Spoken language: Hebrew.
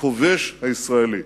הכובש הישראלי".